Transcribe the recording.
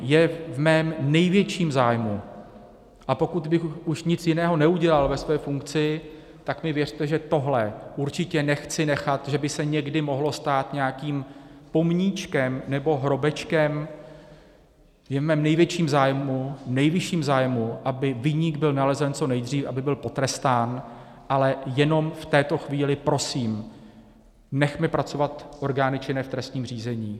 Je v mém největším zájmu, a pokud bych už nic jiného neudělal ve své funkci, tak mi věřte, že tohle určitě nechci nechat, že by se někdy mohlo stát nějakým pomníčkem nebo hrobečkem, je v mém největším zájmu, nejvyšším zájmu, aby viník byl nalezen co nejdříve, aby byl potrestán, ale jenom v této chvíli prosím, nechme pracovat orgány činné v trestním řízení.